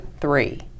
three